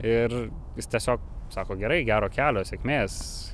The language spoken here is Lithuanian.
ir jis tiesiog sako gerai gero kelio sėkmės